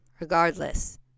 Regardless